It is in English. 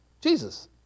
Jesus